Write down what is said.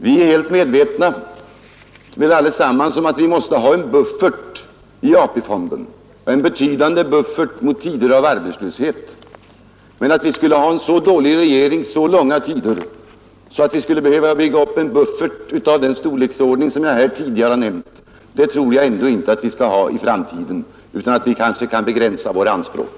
Vi är väl alla helt medvetna om att vi för tider av arbetslöshet måste ha en betydande buffert i AP-fonderna. Men att vi skulle ha så dålig regering så långa tider att vi behöver bygga upp en buffert av den storleksordning som jag här har nämnt finner jag otroligt. Vi kan säkerligen begränsa våra anspråk.